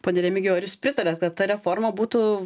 pone remigijau ar jūs pritariat kad ta reforma būtų